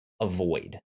avoid